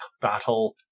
battle